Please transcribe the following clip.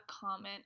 comment